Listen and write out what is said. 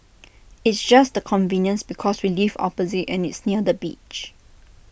it's just the convenience because we live opposite and it's near the beach